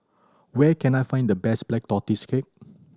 where can I find the best Black Tortoise Cake